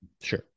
Sure